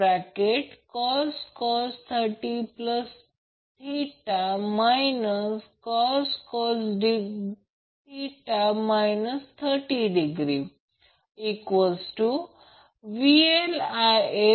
आता total complex power P j Q P1 P2 jQ1 Q2 असेल ते 90 j 85 KVA होईल